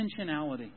intentionality